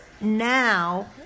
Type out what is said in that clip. now